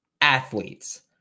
athletes